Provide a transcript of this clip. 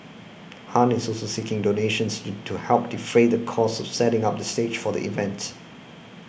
Han is also seeking donations to help defray the cost of setting up the stage for the event